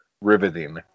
riveting